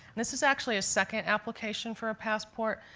this is actually a second application for a passport.